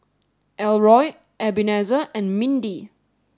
Elroy Ebenezer and Mindi